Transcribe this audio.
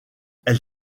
elle